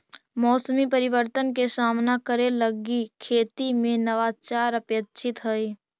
मौसमी परिवर्तन के सामना करे लगी खेती में नवाचार अपेक्षित हई